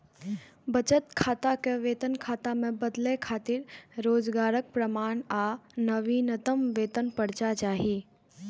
बचत खाता कें वेतन खाता मे बदलै खातिर रोजगारक प्रमाण आ नवीनतम वेतन पर्ची चाही